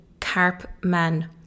Karpman